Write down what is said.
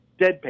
Deadpan